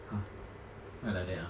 !huh! why like that ah